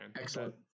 Excellent